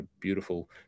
beautiful